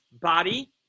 body